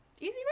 easy